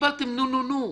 וקיבלתם "נו-נו-נו",